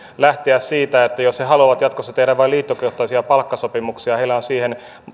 lähteä siitä että jos he haluavat jatkossa tehdä vain liittokohtaisia palkkasopimuksia heillä on siihen